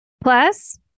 Plus